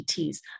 ETS